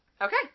Okay